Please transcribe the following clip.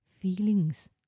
feelings